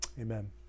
Amen